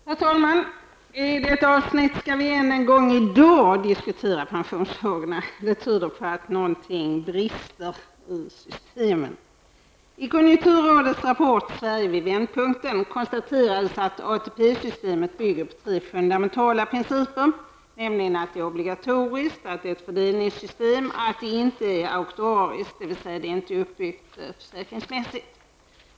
Herr talman! I detta avsnitt skall vi än en gång i dag diskutera pensionsfrågorna. Detta tyder på att något brister i systemen. I konjunkturrådets rapport, Sverige vid vändpunkten, konstateras att ATP-systemet bygger på tre fundamentala principer, nämligen att det är obligatoriskt, att det är ett fördelningssystem och att det inte är auktuariskt, dvs. inte försäkringsmässigt uppbyggt.